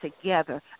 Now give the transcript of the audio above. together